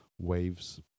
waves